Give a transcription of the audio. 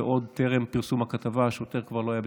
ועוד בטרם פרסום הכתבה השוטר כבר לא היה בתפקידו,